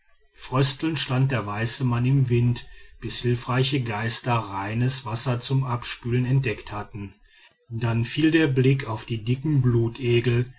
fröstelnd stand der weiße mann im wind bis hilfreiche geister reines wasser zum abspülen entdeckt hatten dann fiel der blick auf die dicken blutegel